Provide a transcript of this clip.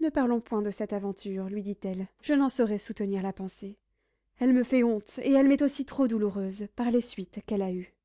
ne parlons point de cette aventure lui dit-elle je n'en saurais soutenir la pensée elle me fait honte et elle m'est aussi trop douloureuse par les suites qu'elle a eues